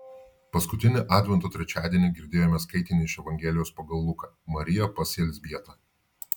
paskutinį advento trečiadienį girdėjome skaitinį iš evangelijos pagal luką marija pas elzbietą